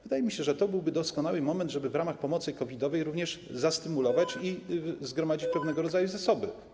Wydaje mi się, że to byłby doskonały moment, żeby w ramach pomocy COVID-owej również to stymulować i zgromadzić pewnego rodzaju zasoby.